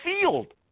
field